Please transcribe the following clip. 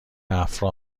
افرا